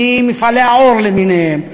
ממפעלי העור למיניהם,